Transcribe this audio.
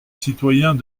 citoyens